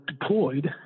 deployed